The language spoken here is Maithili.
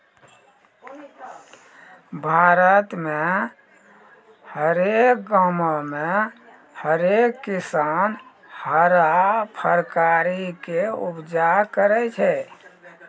भारत मे हरेक गांवो मे हरेक किसान हरा फरकारी के उपजा करै छै